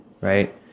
right